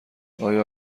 آیا